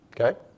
Okay